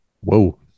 Whoa